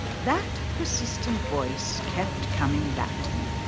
that persistent voice kept coming back to me,